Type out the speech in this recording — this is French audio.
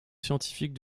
scientifique